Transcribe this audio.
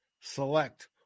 select